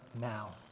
now